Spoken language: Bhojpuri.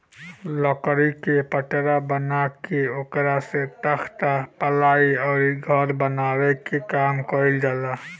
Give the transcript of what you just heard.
लकड़ी के पटरा बना के ओकरा से तख्ता, पालाइ अउरी घर बनावे के काम कईल जाला